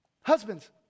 Husbands